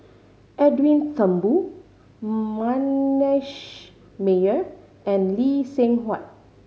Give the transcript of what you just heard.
Edwin Thumboo Manasseh Meyer and Lee Seng Huat